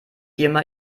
firma